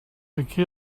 aquí